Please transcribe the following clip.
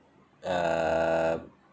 uh